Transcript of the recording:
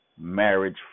marriage